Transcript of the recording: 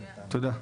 תודה.